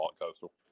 Coastal